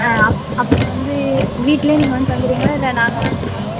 ஆ அப்புறம் வந்து வீட்லேயே நீங்கள் வந்து தந்துடுவீங்களா இல்லை நாங்கள் வரணுமா